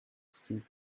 since